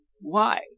Why